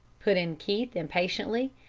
put in keith, impatiently.